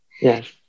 Yes